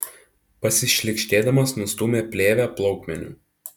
pasišlykštėdamas nustūmė plėvę plaukmeniu